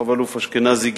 רב-אלוף אשכנזי,